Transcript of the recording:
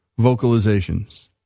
vocalizations